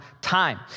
time